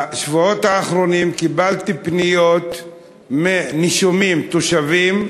בשבועות האחרונים קיבלתי פניות מנישומים, תושבים,